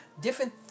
different